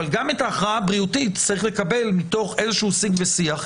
אבל גם את ההכרעה הבריאותית צריך לקבל מתוך שיג ושיח,